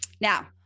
Now